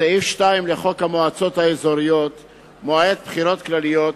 סעיף 2 לחוק המועצות האזוריות (מועד בחירות כלליות),